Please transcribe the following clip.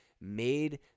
made